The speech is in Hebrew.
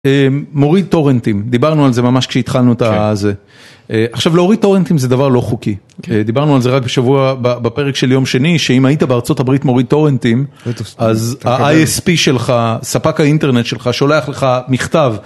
מוריד טורנטים, דיברנו על זה ממש כשהתחלנו את הזה. עכשיו להוריד טורנטים זה דבר לא חוקי. דיברנו על זה רק בשבוע בפרק של יום שני, שאם היית בארה״ב מוריד טורנטים, אז ה-ISP שלך, ספק האינטרנט שלך, שולח לך מכתב.